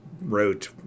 wrote